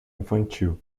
infantil